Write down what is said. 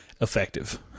effective